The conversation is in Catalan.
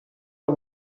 amb